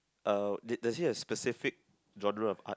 uh did does he have specific genre of art